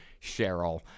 Cheryl